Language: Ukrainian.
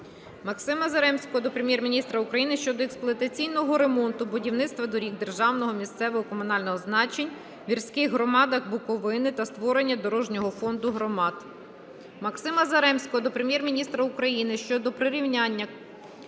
Максима Заремського до Прем'єр-міністра України щодо експлуатаційного ремонту, будівництва доріг державного, місцевого, комунального значень в гірських громадах Буковини та створення дорожнього фонду громад. Максима Заремського до Прем'єр-міністра України щодо прирівняння